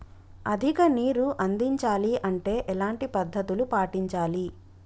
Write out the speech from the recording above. అధిక నీరు అందించాలి అంటే ఎలాంటి పద్ధతులు పాటించాలి?